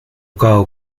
cao